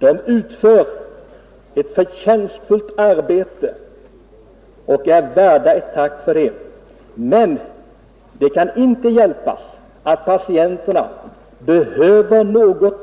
De utför ett förtjänstfullt arbete och är värda ett tack för det, men det kan inte hjälpas att många patienter — om än 141